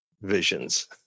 visions